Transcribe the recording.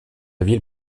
ville